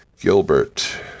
Gilbert